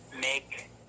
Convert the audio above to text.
make